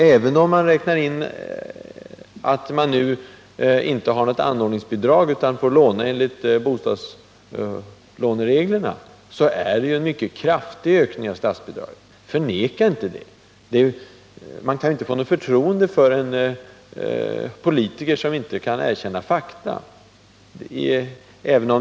Även om man tar hänsyn till att det nu inte utgår något anordningsbidrag, utan kommunen får låna enligt bostadslånereglerna, är det fråga om en mycket kraftig ökning av statsbidragen. Förneka inte det! Hur skall man få förtroende för politiker som inte erkänner fakta?